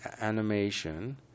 animation